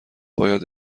باید